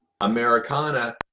Americana